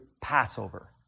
Passover